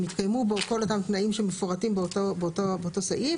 יתקיימו בו כל אותם תנאים שמפורטים באותו סעיף,